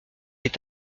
est